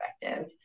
perspective